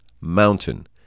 mountain